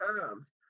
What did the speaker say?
times